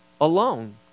alone